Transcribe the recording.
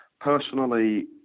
Personally